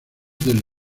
del